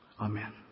Amen